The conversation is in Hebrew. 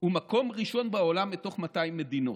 הוא מקום ראשון בעולם מתוך 200 מדינות.